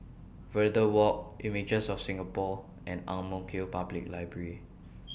Verde Walk Images of Singapore and Ang Mo Kio Public Library